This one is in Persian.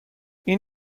این